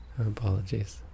Apologies